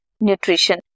nutrition